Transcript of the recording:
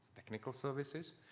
technical services,